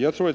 Jag